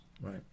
Right